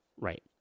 right